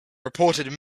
reported